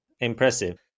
Impressive